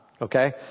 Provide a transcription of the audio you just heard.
okay